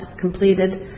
completed